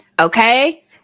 Okay